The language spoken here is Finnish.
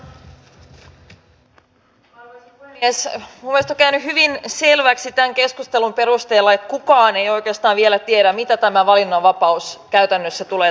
mielestäni on käynyt hyvin selväksi tämän keskustelun perusteella että kukaan ei oikeastaan vielä tiedä mitä tämä valinnanvapaus käytännössä tulee tarkoittamaan